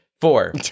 Four